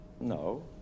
No